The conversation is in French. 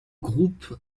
groupes